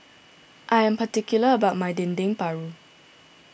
I am particular about my Dendeng Paru